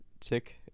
Tick